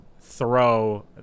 throw